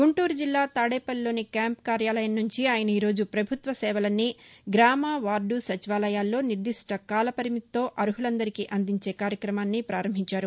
గుంటూరు జిల్లా తాదేపల్లిలోని క్యాంపు కార్యాలయం సుంచి ఆయన ఈ రోజు ప్రభుత్వ సేవలన్నీ గ్రామ వార్డు సచివాలయాల్లో నిర్దిష్ట కాలపరిమితితో అర్హులందరికీ అందించే కార్యక్రమాన్ని పారంభించారు